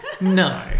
No